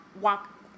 walk